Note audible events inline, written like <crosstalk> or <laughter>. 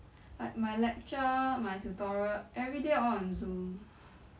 <breath> like my lecture my tutorial everyday all on Zoom <breath>